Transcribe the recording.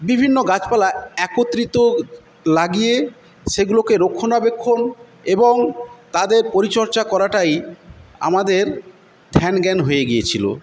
বিভিন্ন গাছপালা একত্রিত লাগিয়ে সেগুলোকে রক্ষণাবেক্ষণ এবং তাদের পরিচর্চা করাটাই আমাদের ধ্যান জ্ঞান হয়ে গিয়েছিল